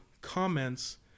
comments